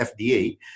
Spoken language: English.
FDA